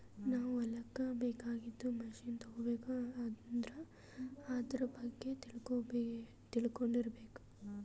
ನಾವ್ ಹೊಲಕ್ಕ್ ಬೇಕಾಗಿದ್ದ್ ಮಷಿನ್ ತಗೋಬೇಕ್ ಅಂದ್ರ ಆದ್ರ ಬಗ್ಗೆ ತಿಳ್ಕೊಂಡಿರ್ಬೇಕ್